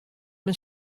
men